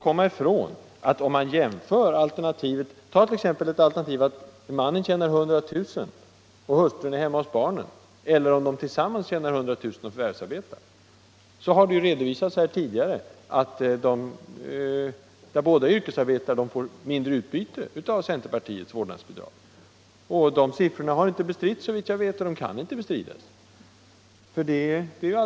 Om vi jämför t.ex. alternativet att mannen tjänar 100 000 kr. och hustrun är hemma hos barnen och alternativet att båda förvärvsarbetar och tillsammans tjänar 100 000 kr., så har det ju redovisats här tidigare att de makar som båda yrkesarbetar får mindre utbyte av centerpartiets vårdnadsbidrag. De siffrorna har inte bestritts, såvitt jag vet, och de kan inte bestridas.